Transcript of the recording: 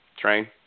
Train